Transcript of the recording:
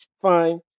fine